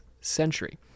century